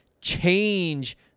change